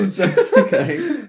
okay